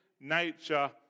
nature